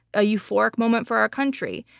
a euphoric moment for our country.